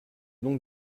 donc